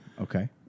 Okay